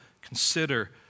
consider